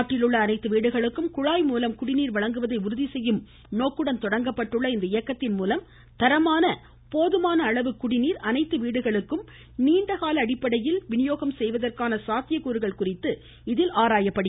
நாட்டில் உள்ள அனைத்து வீடுகளுக்கும் குழாய் மூலம் குடிநீர் வழங்குவதை உறுதி செய்யும் நோக்குடன் தொடங்கப்பட்டுள்ள இந்த இயக்கத்தின் மூலம் தரமான போதுமான அளவு குடிநீர் அனைத்து வீடுகளுக்கும் நீண்ட கால அடிப்படையில் வழங்குவதற்கான சாத்திய கூறுகள் குறித்தும் இதில் ஆராயப்படும்